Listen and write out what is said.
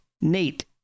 nate